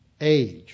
age